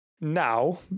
Now